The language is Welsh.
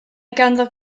ganddo